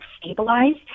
stabilized